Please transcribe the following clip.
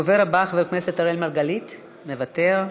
הדובר הבא, חבר הכנסת אראל מרגלית, מוותר.